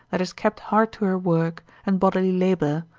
that is kept hard to her work, and bodily labour,